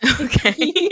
Okay